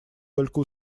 только